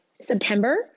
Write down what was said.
September